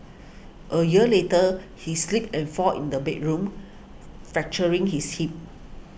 a year later he slipped and fall in the bedroom fracturing his hip